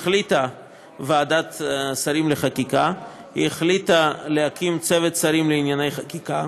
ועדת השרים לחקיקה החליטה להקים צוות שרים לענייני חקיקה